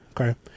Okay